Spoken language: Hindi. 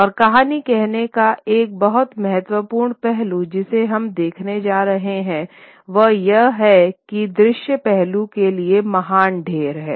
और कहानी कहने का एक बहुत महत्वपूर्ण पहलू जिसे हम देखने जा रहे हैं वह यह है कि दृश्य पहलू के लिए महान ढेर हैं